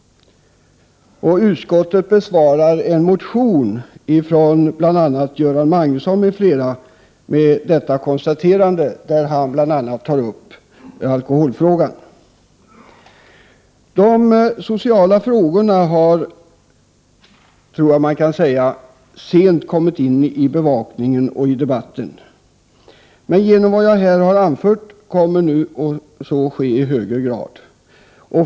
Utskottet besvarar med detta konstaterande bl.a. en motion från Göran Magnusson m.fl. där t.ex. alkoholfrågan tas upp. De sociala frågorna har mycket sent kommit in i bevakningen och i debatten, tror jag man kan säga. Genom vad jag här har anfört kommer nu så att ske i högre grad.